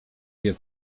wie